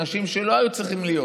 אנשים שלא היו צריכים להיות,